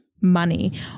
money